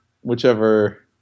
whichever